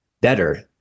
better